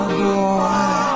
boy